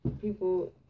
People